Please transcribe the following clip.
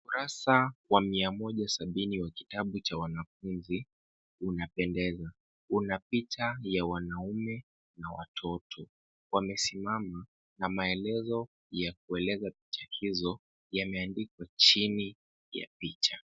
Ukurasa wa mia moja sabini wa kitabu cha wanafunzi unapendeza. Una picha ya wanaume na watoto. Wamesimama na maelezo ya kueleza picha hizo yameandikwa chini ya picha.